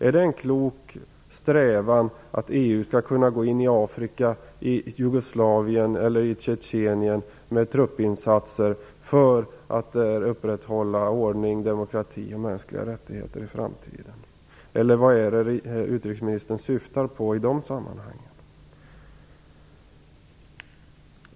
Är det en klok strävan att EU skall kunna gå in i Afrika, Jugoslavien eller i Tjejenien med truppinsatser för att där upprätthålla ordning, demokrati och mänskliga rättigheter i framtiden? Vad är det utrikesministern syftar på i dessa sammanhang?